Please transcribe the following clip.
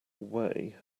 way